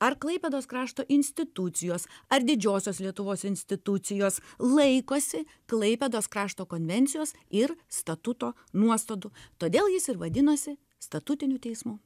ar klaipėdos krašto institucijos ar didžiosios lietuvos institucijos laikosi klaipėdos krašto konvencijos ir statuto nuostatų todėl jis ir vadinosi statutiniu teismu